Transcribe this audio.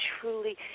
truly